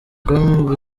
com